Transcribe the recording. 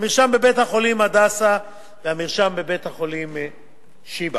המרשם שבבית-החולים "הדסה" והמרשם בבית-החולים "שיבא".